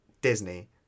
disney